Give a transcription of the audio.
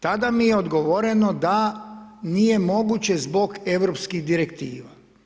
Tada mi je odgovoreno da nije moguće zbog europskih direktiva.